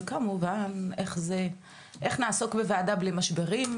וכמובן איך נעסוק בוועדה בלי משברים,